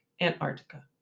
Antarctica